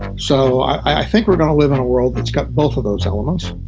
so i think we're going to live in a world that's got both of those elements.